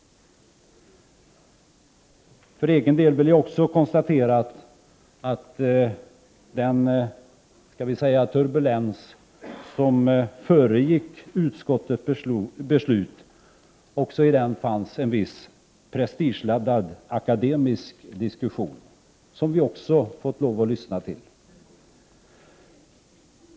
För egen del vill jag konstatera att det i den turbulens som föregick utskottets beslut förekom en viss prestigeladdad akademisk diskussion, som vi också har fått lov att lyssna på.